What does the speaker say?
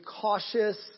cautious